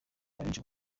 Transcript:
abenshi